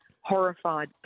horrified